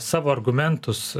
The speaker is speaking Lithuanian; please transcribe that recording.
savo argumentus